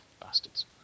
Bastards